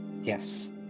yes